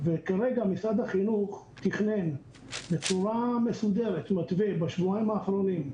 וכרגע משרד החינוך תכנן בצורה מסודרת מתווה בשבועיים האחרונים,